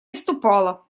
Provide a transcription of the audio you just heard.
вступала